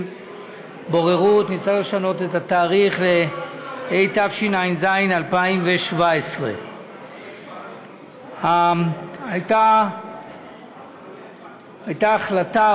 (בוררות) נצטרך לשנות את התאריך להתשע"ז 2017. הייתה החלטה,